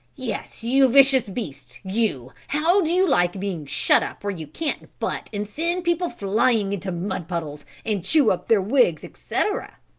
yes, you vicious beast, you, how do you like being shut up where you can't butt and send people flying into mud-puddles and chew up their wigs, etc?